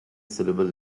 syllable